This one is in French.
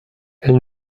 elle